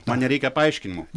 man nereikia paaiškinimų